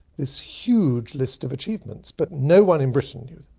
this huge list of achievements. but no one in britain knew.